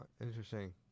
interesting